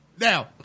Now